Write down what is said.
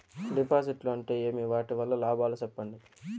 డిపాజిట్లు అంటే ఏమి? వాటి వల్ల లాభాలు సెప్పండి?